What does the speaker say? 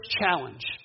challenge